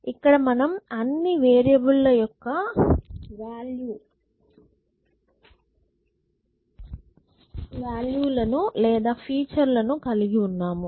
ఇక్కడ మనం అన్ని వేరియబుల్ ల యొక్క వాల్యూ లను లేదా ఫీచర్ ల ను కలిగి ఉన్నాము